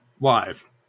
live